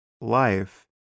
life